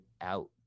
out